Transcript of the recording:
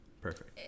perfect